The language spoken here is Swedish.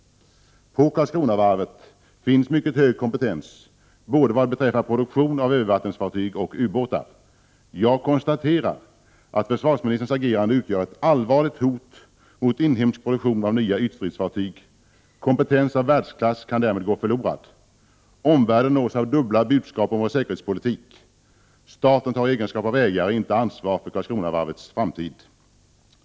På Karlskronavarvet finns en mycket hög kompetens både vad beträffar produktion av övervattensfartyg och produktion av ubåtar. Jag konstaterar att försvarsministerns agerande utgör ett allvarligt hot mot inhemsk produktion av nya ytstridsfartyg. Kompetens av världsklass kan därmed gå förlorad, och omvärlden nås av dubbla budskap om vår säkerhetspolitik. Staten tar i egenskap av ägare inte sitt ansvar för Karlskronavarvets framtid.